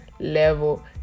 level